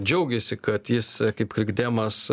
džiaugėsi kad jis kaip krikdemas